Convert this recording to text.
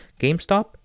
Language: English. GameStop